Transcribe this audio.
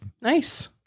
Nice